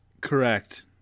Correct